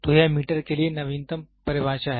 तो यह मीटर के लिए नवीनतम परिभाषा है